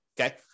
Okay